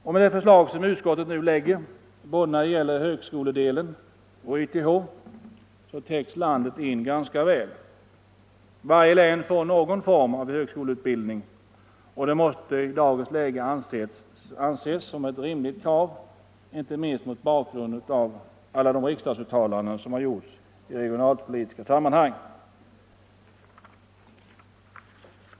Med det förslag som utskottet nu framlägger när det gäller både högskoledelen och YTH täcks landet in ganska väl. Varje län får någon form av högskoleutbildning, och det måste i dagens läge anses som ett rimligt krav inte minst mot bakgrund av alla riksdagsuttalanden i regionalpolitiska sammanhang.